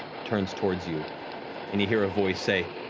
turns towards you and you hear a voice say